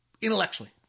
intellectually